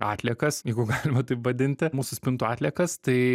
atliekas jeigu galima taip vadinti mūsų spintų atliekas tai